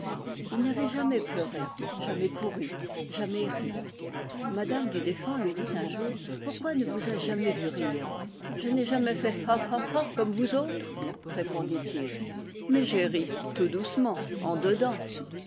il n'avait jamais pleuré jamais couru jamais ri madame du deffand lui dit un jour pourquoi ne vous ai-je jamais vu rire je n'ai jamais fait ah ah ah comme vous autres répondit-il mais j'ai ri tout doucement en dedans